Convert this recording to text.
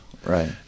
Right